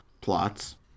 plots